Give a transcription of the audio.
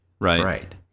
right